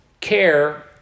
care